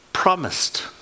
promised